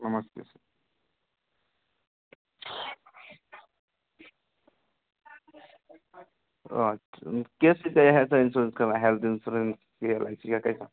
नमस्ते सर अच्छा किससे है सा इंसोरेंस करवाया हेल्थ इंसोरेंस कि एल आई सी का कैसा